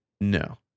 No